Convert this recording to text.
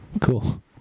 Cool